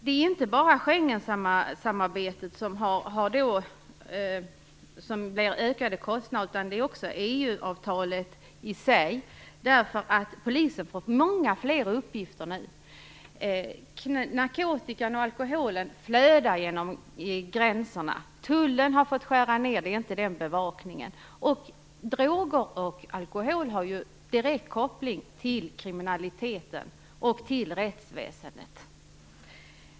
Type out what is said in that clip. Det är inte bara Schengensamarbetet som leder till ökade kostnader utan också EU-avtalet i sig, därför att polisen har fått många fler uppgifter. Narkotikan och alkoholen flödar över gränserna. Tullen har fått skära ned och kan inte hålla samma bevakning som tidigare. Droger och alkohol har ju direkt koppling till kriminaliteten och till rättsväsendet.